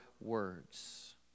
words